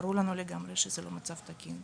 ברור לנו לגמרי שזה לא מצב תקין.